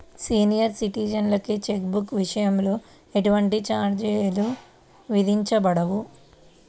senior సిటిజన్లకి cheque బుక్ల విషయంలో ఎటువంటి ఛార్జీలు విధించబడవు